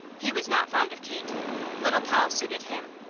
he was not fond of kate little poll suited him.